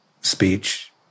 speech